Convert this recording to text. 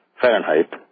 Fahrenheit